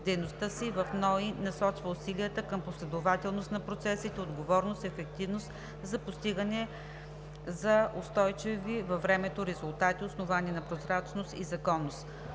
институт насочва усилията си към последователност на процесите, отговорност, ефективност за постигане на устойчиви във времето резултати, основани на прозрачност и законност.